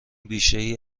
بیشهای